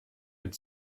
had